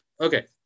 Okay